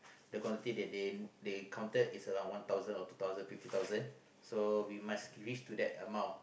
the quantity that they they counted is around one thousand or two thousand fifty thousand so we must reach to that amount